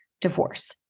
divorce